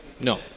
no